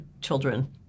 children